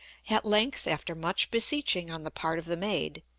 at length, after much beseeching on the part of the maid,